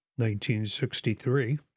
1963